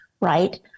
right